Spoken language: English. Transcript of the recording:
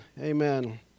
Amen